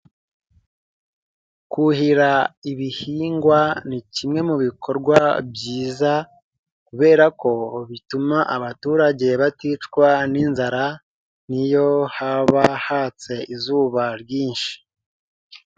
Kuhira ibihingwa ni kimwe mu bikorwa byiza kubera ko bituma abaturage baticwa n'inzara n'iyo haba hatse izuba ryinshi.